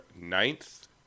ninth